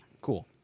Cool